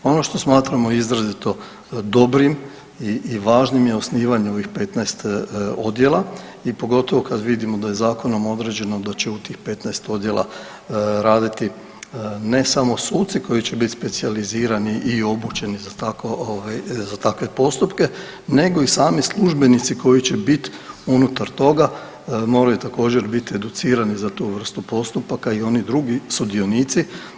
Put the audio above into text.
Ono što smatramo izrazito dobrim i važnim je osnivanje ovih 15 odjela i pogotovo kad vidimo da je zakonom određeno da će u tih 15 odjela raditi ne samo suci koji će bit specijalizirani i obučeni za tako ovaj za takve postupke nego i sami službenici koji će bit unutar toga moraju također bit educirani za tu vrstu postupaka i oni drugi sudionici.